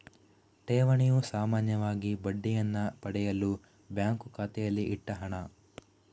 ಠೇವಣಿಯು ಸಾಮಾನ್ಯವಾಗಿ ಬಡ್ಡಿಯನ್ನ ಪಡೆಯಲು ಬ್ಯಾಂಕು ಖಾತೆಯಲ್ಲಿ ಇಟ್ಟ ಹಣ